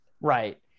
Right